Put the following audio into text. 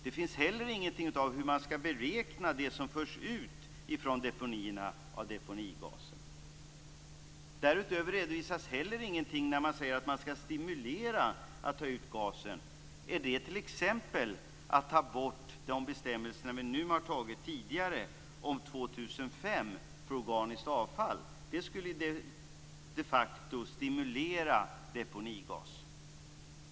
Det finns inte heller någonting om hur man skall beräkna det som förs ut från deponierna av deponigasen. Därutöver redovisas inte heller någonting när man säger att man skall stimulera ett uttag av gasen. Är det t.ex. att ta bort de bestämmelser som tidigare har antagits om år 2005 för organiskt avfall? Det skulle de facto stimulera uttag av deponigas.